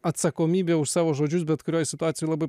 atsakomybė už savo žodžius bet kurioje situacijoje labai